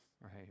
Right